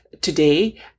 today